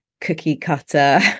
cookie-cutter